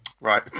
Right